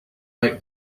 make